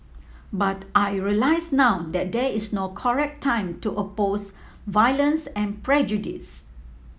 but I realise now that there is no correct time to oppose violence and prejudice